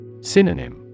Synonym